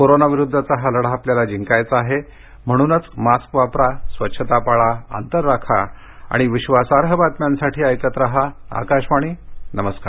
corona विरुद्धचा हा लढा आपल्याला जिंकायचा आहे म्हणूनच मास्क वापरा स्वच्छता पाळा अंतर राखा आणि विश्वासार्ह बातम्यांसाठी ऐकत रहा आकाशवाणी नमस्कार